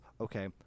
okay